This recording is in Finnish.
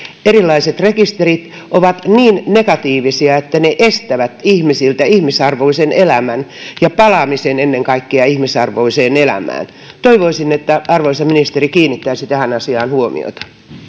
erilaiset rekisterit ovat niin negatiivisia että ne estävät ihmisiltä ihmisarvoisen elämän ja ennen kaikkea palaamisen ihmisarvoiseen elämään toivoisin että arvoisa ministeri kiinnittäisi tähän asiaan huomiota